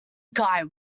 guy